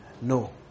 no